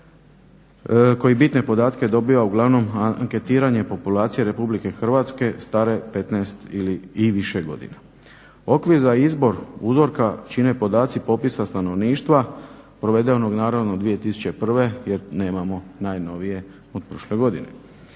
koji bitne podatke dobiva uglavnom anketiranjem populacije Republike Hrvatske stare 15 i više godina. Okvir za izbor uzorka čine podaci popisa stanovništva provedenog naravno 2001. jer nemamo najnovije od prošle godine.